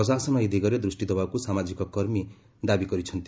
ପ୍ରଶାସନ ଏହି ଦିଗରେ ଦୃଷ୍ଟି ଦେବାକୁ ସାମାଜିକ କର୍ମୀ ଦାବି ଜଶାଇଛନ୍ତି